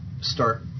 start